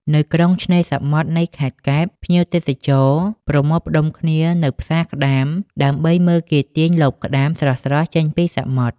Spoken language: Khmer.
នៅក្រុងឆ្នេរសមុទ្រនៃខេត្តកែប ភ្ញៀវទេសចរប្រមូលផ្តុំគ្នានៅផ្សារក្តាម ដើម្បីមើលគេទាញលបក្តាមស្រស់ៗចេញពីសមុទ្រ។